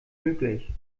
möglich